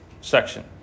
section